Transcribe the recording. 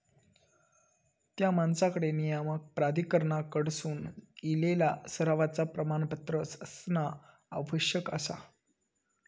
त्या माणसाकडे नियामक प्राधिकरणाकडसून इलेला सरावाचा प्रमाणपत्र असणा आवश्यक आसा